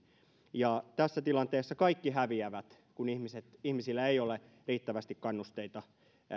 ja tässä tilanteessa kaikki häviävät kun ihmisillä ei ole riittävästi kannusteita